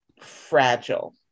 fragile